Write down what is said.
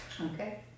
Okay